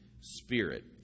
spirit